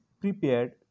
prepared